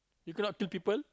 you cannot kill people